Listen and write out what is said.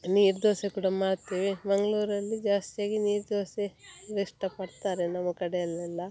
ನೀರು ದೋಸೆ ಕೂಡ ಮಾಡ್ತೇವೆ ಮಂಗಳೂರಲ್ಲಿ ಜಾಸ್ತಿಯಾಗಿ ನೀರು ದೋಸೆ ಇಷ್ಟಪಡ್ತಾರೆ ನಮ್ಮ ಕಡೆಯಲೆಲ್ಲ